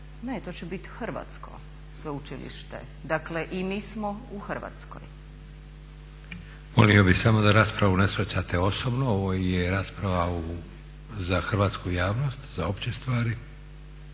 Ne, to će bit hrvatsko sveučilište, dakle i mi smo u Hrvatskoj. **Leko, Josip (SDP)** Molio bih samo da raspravu ne shvaćate osobno. Ovo je rasprava za hrvatsku javnost, za opće stvari,